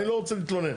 אני לא רוצה להתלונן.